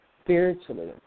spiritually